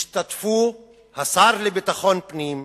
השתתפו השר לביטחון פנים,